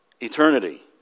eternity